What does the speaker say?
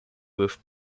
with